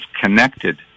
connected